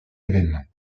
évènement